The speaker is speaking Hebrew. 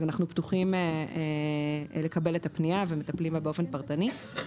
אז אנחנו פתוחים לקבל את הפנייה ומטפלים בה באופן פרטני.